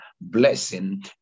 blessing